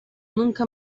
nunca